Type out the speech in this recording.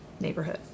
neighborhood